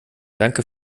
danke